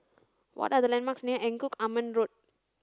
what are the landmarks near Engku Aman Road